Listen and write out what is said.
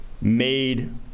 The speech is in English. made